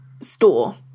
store